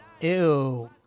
Ew